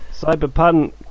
Cyberpunk